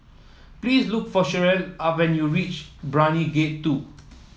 please look for Cherelle are when you reach Brani Gate Two